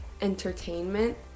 entertainment